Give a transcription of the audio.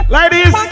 Ladies